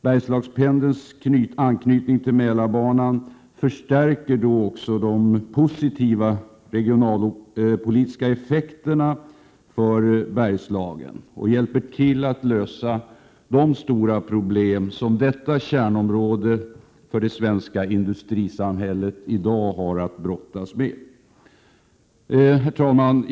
Bergslagspendelns anknytning till Mälarbanan förstärker då också de positiva regionalpolitiska effekterna för Bergslagen och hjälper till att lösa de stora problem som detta kärnområde för det svenska industrisamhället i dag har att brottas med. Herr talman!